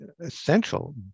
essential